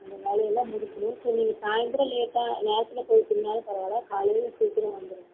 அந்த வேலையெல்லாம் முடிக்கணும் சரி நீங்கள் சாயந்திரம் லேட்டாக நேரத்தில் போய்விட்டிங்கனாலும் பரவாயில்ல காலையில் சீக்கிரம் வந்துடுங்க